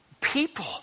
people